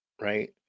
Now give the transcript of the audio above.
right